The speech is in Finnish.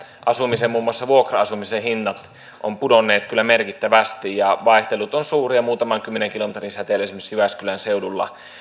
asumisen muun muassa vuokra asumisen hinnat ovat pudonneet kyllä merkittävästi ja vaihtelut ovat suuria muutaman kymmenen kilometrin säteellä esimerkiksi jyväskylän seudulla